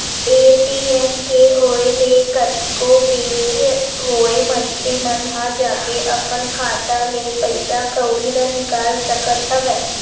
ATM के होय ले कतको बेर होय मनखे मन ह जाके अपन खाता ले पइसा कउड़ी ल निकाल सकत हवय